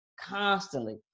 constantly